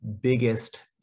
biggest